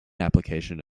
application